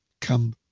Come